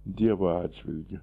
dievo atžvilgiu